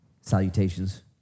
salutations